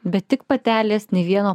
bet tik patelės nei vieno